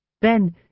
Then